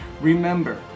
Remember